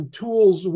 tools